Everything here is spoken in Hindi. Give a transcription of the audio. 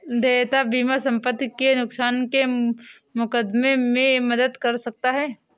देयता बीमा संपत्ति के नुकसान के मुकदमे में मदद कर सकता है